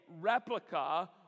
replica